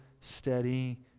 steady